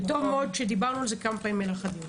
טוב מאוד שדיברנו על זה כמה פעמים במהלך הדיון.